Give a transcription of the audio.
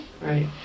right